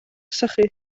sychu